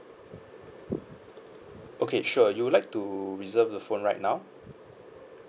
okay sure you would like to reserve the phone right now